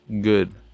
good